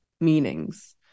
meanings